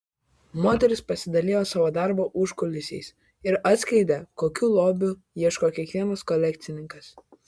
moteris pasidalijo savo darbo užkulisiais ir atskleidė kokių lobių ieško kiekvienas kolekcininkas